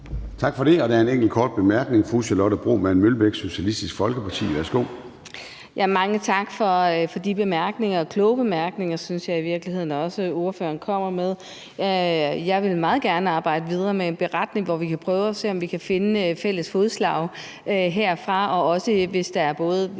Tak for det. Der er en enkelt kort bemærkning fra fru Charlotte Broman Mølbæk, Socialistisk Folkeparti. Værsgo. Kl. 13:23 Charlotte Broman Mølbæk (SF): Mange tak for de bemærkninger – kloge bemærkninger, synes jeg i virkeligheden også – ordføreren kommer med. Jeg vil meget gerne arbejde videre med en beretning, hvor vi kan prøve at se, om vi kan finde fælles fodslag her. Og jeg kan også